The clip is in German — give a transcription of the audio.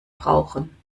brauchen